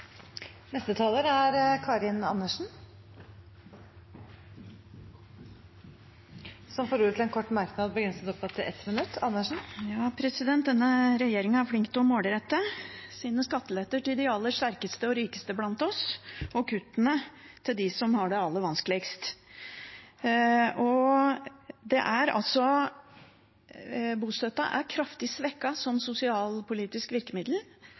Karin Andersen har hatt ordet to ganger tidligere og får ordet til en kort merknad, begrenset til 1 minutt. Denne regjeringen er flink til å målrette sine skatteletter til de aller sterkeste og rikeste blant oss og kuttene til dem som har det aller vanskeligst. Bostøtten er kraftig svekket som sosialpolitisk virkemiddel,